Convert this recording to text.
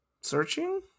searching